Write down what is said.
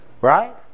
Right